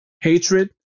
hatred